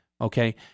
okay